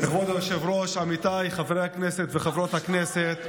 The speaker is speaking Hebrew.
כבוד היושב-ראש, עמיתיי חברי הכנסת וחברות הכנסת,